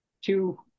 two